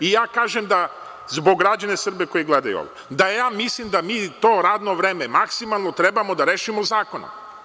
I ja kažem, zbog građana Srbije koji gledaju ovo, da ja mislim da mi to radno vreme maksimalno trebamo da rešimo zakonom.